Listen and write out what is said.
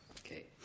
Okay